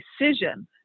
decision